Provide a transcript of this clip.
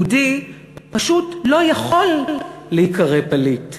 יהודי פשוט לא יכול להיקרא פליט,